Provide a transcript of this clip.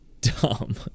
dumb